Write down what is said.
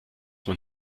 man